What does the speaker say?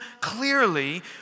clearly